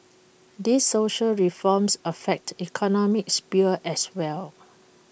these social reforms affect economic sphere as well